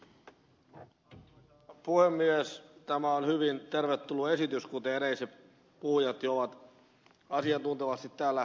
tämä on hyvin tervetullut esitys kuten edelliset puhujat ovat jo asiantuntevasti täällä todenneet